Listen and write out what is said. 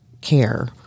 care